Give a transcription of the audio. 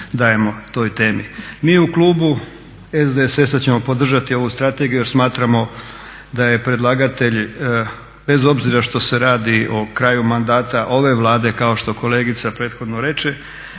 dajemo toj temi. Mi u klubu SDSS-a ćemo podržati ovu strategiju jer smatramo da je predlagatelj bez obzira što se radi o kraju mandata ove Vlade kao što kolegica prethodno reče